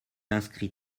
inscrit